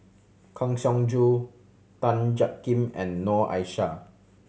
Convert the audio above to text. Kang Siong Joo Tan Jiak Kim and Noor Aishah